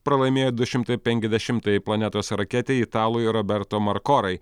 pralaimėjo du šimtai penkiasdešimtąjai planetos raketė italui roberto markorai